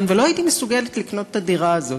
ולא הייתי מסוגלת לקנות את הדירה הזאת,